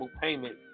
payment